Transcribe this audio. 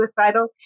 suicidal